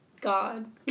god